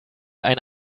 ein